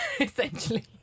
Essentially